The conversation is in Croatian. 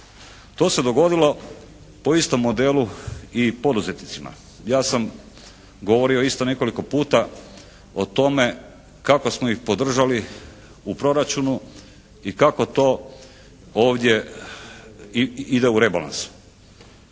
To se dogodilo po istom modelu i poduzetnicima. Ja sam govorio isto nekoliko puta o tome kako smo ih podržali u proračunu i kako to ovdje ide u rebalans.